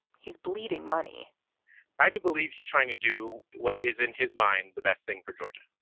he's bleeding money i do believe he's trying to do what is, in his mind, the best thing for georgia.